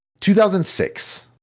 2006